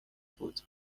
بود